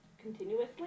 continuously